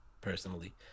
personally